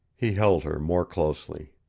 he held her more closely.